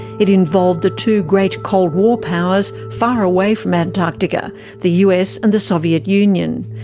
it involved the two great cold war powers far away from antarctica the us and the soviet union,